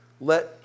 Let